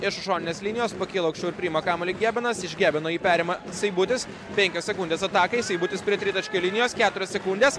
iš už šoninės linijos pakilo aukščiau ir priima kamuolį gebenas iš gebino jį perima seibutis penkios sekundės atakai seibutis prie tritaškio linijos keturios sekundės